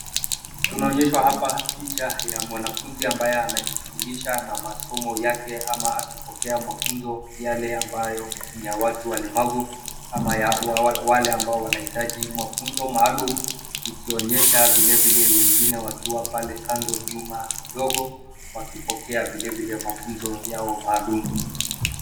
Tunaonyeshwa hapa picha ya mwanafunzi ambaye anajishughulisha na masomo yake ama akipokea mafunzo yale ambayo ni ya watu walemavu ama ya wale ambao wanahitaji mafunzo maalum ikionyesha vile vile wengine wakiwa pale kando nyuma kidogo wakipokea vilevile mafunzo yao maalum.